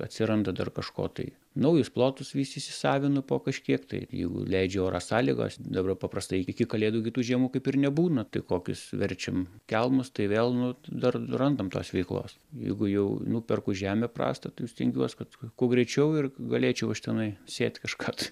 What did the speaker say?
atsiranda dar kažko tai naujus plotus vis įsisavinu po kažkiek tai jeigu leidžia ora sąlygos dabar paprastai iki kalėdų gi tų žemų kaip ir nebūna tai kokius verčiam kelmus tai vėl nu dar randam tos veiklos jeigu jau nuperku žemę prastą tai jau stengiuos kad kuo greičiau ir galėčiau aš tenai sėt kažką tai